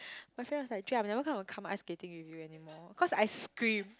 my friend was like Jay I'm never come to come ice skating with you anymore cause I screamed